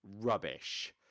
Rubbish